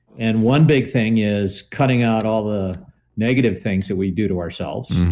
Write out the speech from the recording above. and one big thing is cutting out all the negative things that we do to ourselves.